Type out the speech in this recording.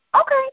Okay